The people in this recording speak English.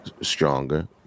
stronger